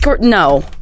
No